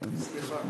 סליחה.